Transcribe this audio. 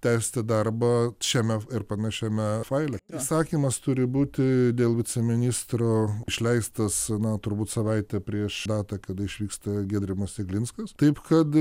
tęsti darbą šiame ir panašiame faile įsakymas turi būti dėl viceministro išleistas na turbūt savaitę prieš datą kada išvyksta giedrimas jeglinskas taip kad